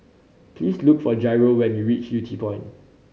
please look for Jairo when you reach Yew Tee Point